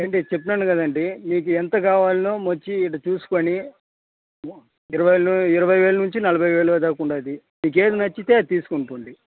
ఏంటి చెప్పినాను కదండి మీకు ఎంత కావాలనో వచ్చి ఈడ చూసుకొని ఇరవైలో ఇరవై వేలు నుంచి నలభై వేలు దాకా ఉంది మీకు ఏది నచ్చితే తీసుకొనిపోండి